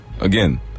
again